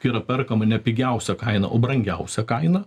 kai yra perkama ne pigiausia kaina o brangiausia kaina